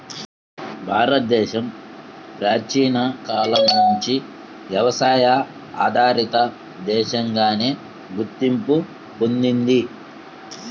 భారతదేశం ప్రాచీన కాలం నుంచి వ్యవసాయ ఆధారిత దేశంగానే గుర్తింపు పొందింది